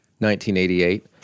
1988